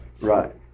Right